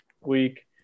week